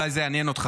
אולי זה יעניין אותך,